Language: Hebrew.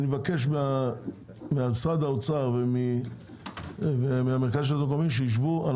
אני מבקש ממשרד האוצר וממרכז שלטון מקומי שיישבו על